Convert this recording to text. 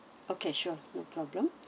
okay sure no problem